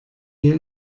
wir